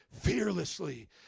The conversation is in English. fearlessly